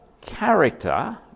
character